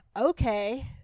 okay